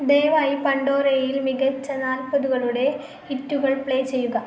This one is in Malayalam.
ദയവായി പണ്ടോരയിൽ മികച്ച നാൽപ്പതുകളുടെ ഹിറ്റുകൾ പ്ലേ ചെയ്യുക